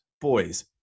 boys